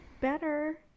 better